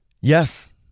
Yes